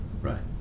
Right